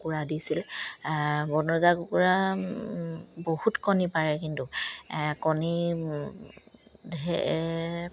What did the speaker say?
কুকুৰা দিছিলে বনৰজা কুকুৰা বহুত কণী পাৰে কিন্তু কণী